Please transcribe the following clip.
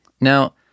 Now